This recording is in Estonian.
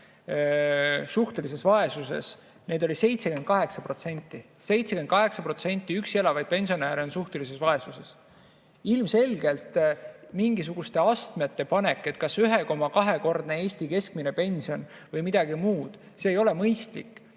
suhtelises vaesuses, neid oli 78%. 78% üksi elavaid pensionäre on suhtelises vaesuses! Ilmselgelt mingisuguste astmete panek, kas alla 1,2‑kordne Eesti keskmine pension või midagi muud, ei ole mõistlik.